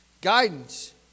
guidance